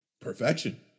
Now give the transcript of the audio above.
perfection